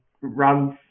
runs